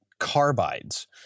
carbides